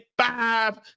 five